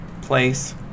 place